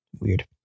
Weird